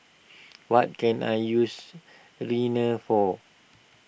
what can I use Rene for